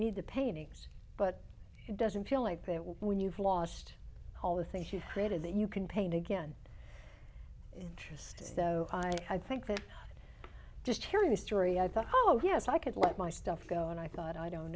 need to paintings but it doesn't feel like that when you've lost all the things she's created that you can paint again interesting so i think that just hearing the story i thought oh yes i could let my stuff go and i thought i don't